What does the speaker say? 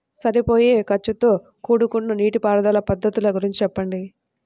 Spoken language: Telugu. సరిపోయే ఖర్చుతో కూడుకున్న నీటిపారుదల పద్ధతుల గురించి చెప్పండి?